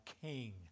king